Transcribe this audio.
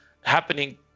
happening